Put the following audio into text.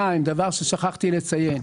דבר ששכחתי לציין.